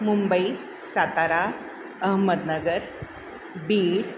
Mumbai Satara Ahmednagar Beed